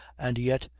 and yet,